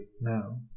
now